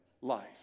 life